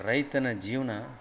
ರೈತನ ಜೀವನ